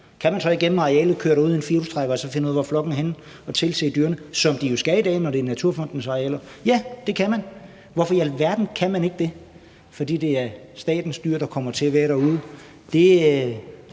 Kan man så køre gennem arealet i en firhjulstrækker og så finde ud af, hvor flokken er henne og tilse dyrene, som man jo skal i dag, når det er Naturfondens arealer? Ja, det kan man. Hvorfor i alverden skulle man ikke kunne det, når det er statens dyr, der kommer til at være derude? Det er